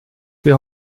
wir